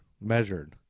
measured